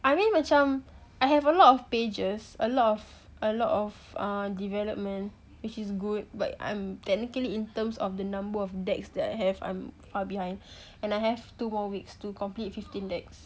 I mean macam I have a lot of pages a lot of a lot of development which is good but I'm technically in terms of the number of decks that have I'm far behind and I have two more weeks to complete fifteen decks